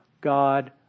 God